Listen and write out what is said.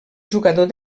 jugador